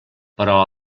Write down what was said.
però